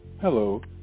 Hello